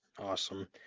Awesome